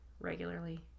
regularly